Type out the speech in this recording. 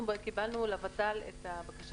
כבר בשנת 2016 אנחנו קיבלנו לוות"ל את הבקשה